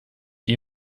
die